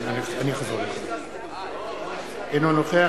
אינו נוכח